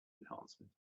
enhancement